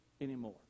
anymore